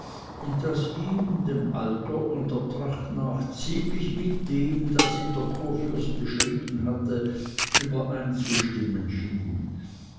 und das ihm dem alter und der tracht nach ziemlich mit dem das ihm der kurfürst beschrieben hatte übereinzustimmen schien